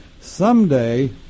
someday